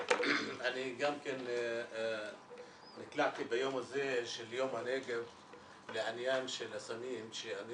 אני גם נקלעתי ביום הזה של יום הנגב לעניין של הסמים שאני